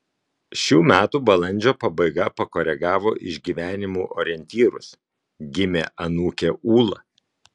šių metų balandžio pabaiga pakoregavo išgyvenimų orientyrus gimė anūkė ūla